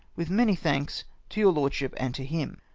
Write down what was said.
with many thanks to your lordship and to him.